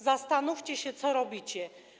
Zastanówcie się, co robicie.